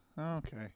Okay